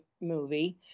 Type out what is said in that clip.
movie